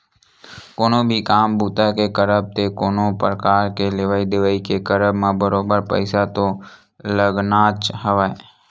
कोनो भी काम बूता के करब ते कोनो परकार के लेवइ देवइ के करब म बरोबर पइसा तो लगनाच हवय